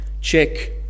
Check